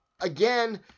again